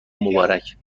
مبارک